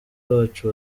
bacu